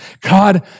God